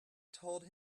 told